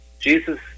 Jesus